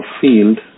field